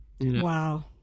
Wow